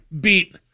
beat